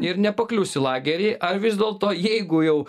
ir nepaklius į lagerį ar vis dėlto jeigu jau